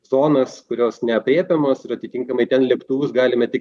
zonas kurios neaprėpiamos ir atitinkamai ten lėktuvus galime tik